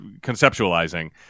conceptualizing